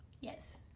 Yes